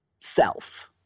self